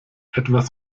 etwas